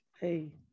Hey